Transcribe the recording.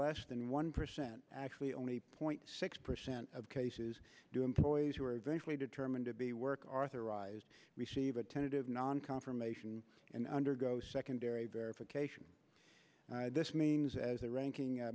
less than one percent actually only point six percent of cases do employees who were eventually determined to be work authorized receive a tentative non confirmation and undergo secondary verification this means as the ranking